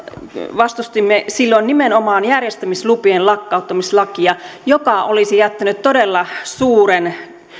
vastustimme silloin nimenomaan järjestämislupien lakkauttamislakia joka olisi jättänyt todella suuren